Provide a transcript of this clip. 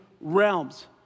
realms